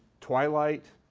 twilight.